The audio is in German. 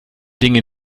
dinge